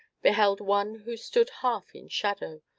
beheld one who stood half in shadow,